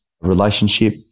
relationship